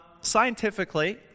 Scientifically